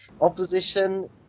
opposition